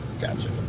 Gotcha